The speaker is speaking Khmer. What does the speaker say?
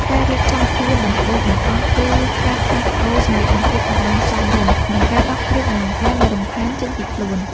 ការរៀបចំខ្លួនដំបូងបង្អស់ គឺការផ្លាស់ប្តូរសម្លៀកបំពាក់ឱ្យបានសមរម្យ និងការដោះគ្រឿងអលង្ការដែលរំខានចេញពីខ្លួន។